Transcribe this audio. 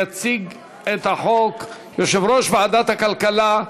יציג את החוק יושב-ראש ועדת הכלכלה,